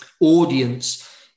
audience